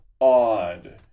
odd